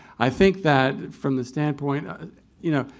i think that, from the standpoint you know,